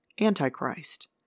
Antichrist